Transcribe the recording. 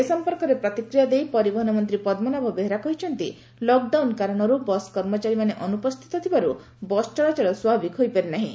ଏ ସମ୍ପର୍କରେ ପ୍ରତିକ୍ରିୟା ଦେଇ ପରିବହନ ମନ୍ତୀ ପଦ୍ମନାଭ ବେହେରା କହିଛନ୍ତି ଲକ୍ଡାଉନ୍ କାରଣରୁ ବସ୍ କର୍ମଚାରୀମାନେ ଅନୁପସ୍ଥିତ ଥିବାରୁ ବସ୍ ଚଳାଚଳ ସ୍ୱାଭାବିକ ହୋଇପାରିନାହିଁ